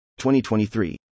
2023